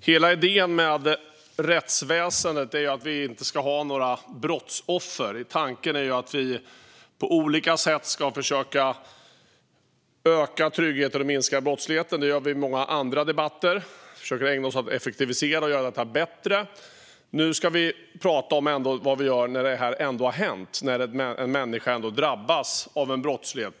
Hela idén med rättsväsendet är att vi inte ska ha några brottsoffer. Tanken är att vi på olika sätt ska försöka öka tryggheten och minska brottsligheten. I många andra debatter ägnar vi oss åt att effektivisera och göra detta bättre. Nu talar vi om vad vi ska göra när det ändå har hänt, när en människa ändå har drabbats av brott.